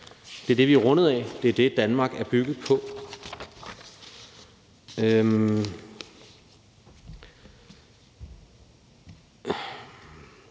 Det er det, vi er rundet af, det er det, Danmark er bygget på.